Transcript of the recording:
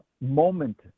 moment